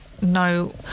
no